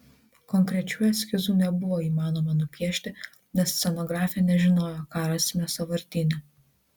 konkrečių eskizų nebuvo įmanoma nupiešti nes scenografė nežinojo ką rasime sąvartyne